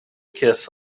kiss